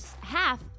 half